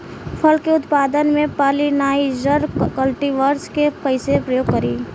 फल के उत्पादन मे पॉलिनाइजर कल्टीवर्स के कइसे प्रयोग करी?